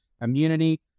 immunity